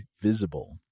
visible